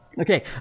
Okay